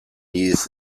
years